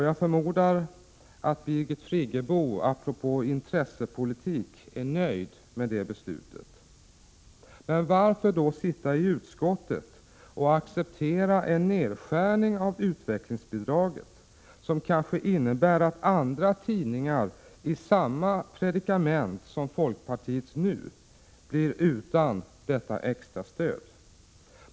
Jag förmodar att Birgit Friggebo apropå intressepolitik är nöjd med det beslutet. Men varför då sitta iutskottet och acceptera en nedskärning av utvecklingsbidraget, som kanske innebär att andra tidningar i samma predikament som folkpartiets NU blir utan detta extra stöd?